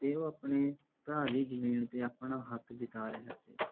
ਅਤੇ ਉਹ ਆਪਣੇ ਭਰਾ ਦੀ ਜ਼ਮੀਨ 'ਤੇ ਆਪਣਾ ਹੱਕ ਜਤਾ ਰਿਹਾ ਸੀ